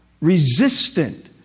resistant